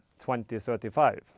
2035